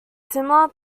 similar